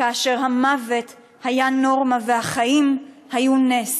כאשר המוות היה נורמה והחיים היו נס.